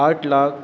आठ लाख